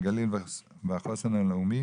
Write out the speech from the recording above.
הגליל והחוסן הלאומי.